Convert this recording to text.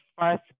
first